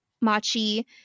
Machi